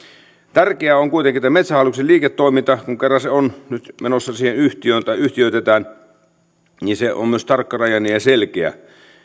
tärkeää on kuitenkin että metsähallituksen liiketoiminta kun kerran se on nyt menossa siihen yhtiöön tai yhtiöitetään on myös tarkkarajainen ja ja selkeä